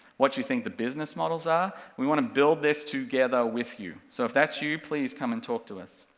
what you think the business models are, we want to build this together with you, so if that's you, please come and talk to us.